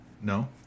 No